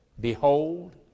Behold